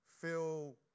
feel